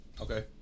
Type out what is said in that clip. Okay